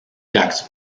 jackson